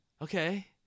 Okay